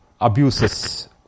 abuses